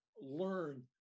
learn